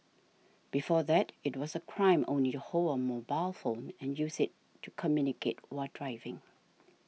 before that it was a crime only to hold a mobile phone and use it to communicate while driving